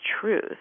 truth